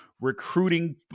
recruiting